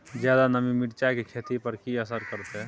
ज्यादा नमी मिर्चाय की खेती पर की असर करते?